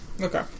Okay